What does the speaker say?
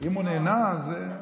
אם הוא נהנה, בבקשה.